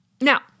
Now